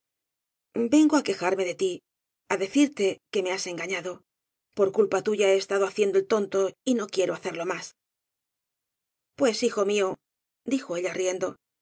vengo á quejarme de tí á decirte que me has engañado por culpa tuya he estado haciendo el tonto y no quiero hacerlo más pues hijo m ío dijo ella riendo